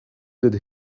did